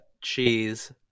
cheese